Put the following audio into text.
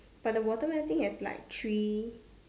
but the watermelon thing has like three